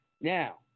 Now